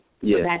Yes